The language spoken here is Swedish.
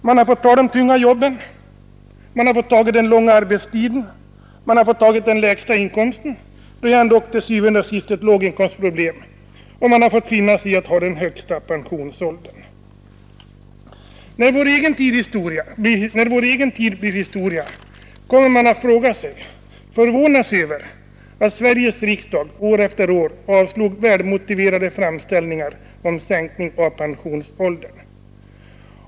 Man har fått ta de tunga jobben, den långa arbetstiden och den lägsta inkomsten — det är ändå til syvende og sidst ett låginkomstproblem — och man har fått finna sig i den högsta pensionsåldern. När vår egen tid blir historia kommer man att förvånas över att Sveriges riksdag år efter år avslog välmotiverade framställningar om sänkning av pensionsåldern.